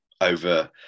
over